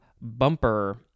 bumper